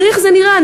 תראי איך זה נראה,